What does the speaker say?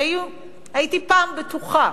הייתי פעם בטוחה,